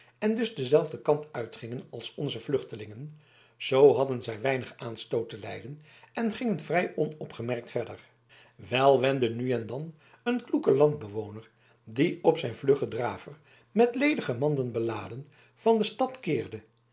en dus denzelfden kant uitgingen als onze vluchtelingen zoo hadden zij weinig aanstoot te lijden en gingen vrij onopgemerkt verder wel wendde nu en dan een kloeke landbewoner die op zijn vluggen draver met ledige manden beladen van de stad keerde